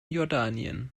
jordanien